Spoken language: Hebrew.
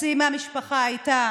חצי מהמשפחה הייתה